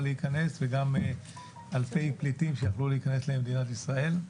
להיכנס וגם אלפי פליטים שיכלו להיכנס למדינת ישראל.